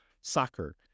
soccer